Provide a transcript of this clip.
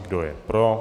Kdo je pro?